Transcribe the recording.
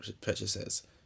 purchases